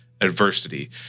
adversity